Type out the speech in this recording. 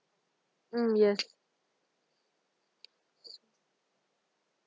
mm yes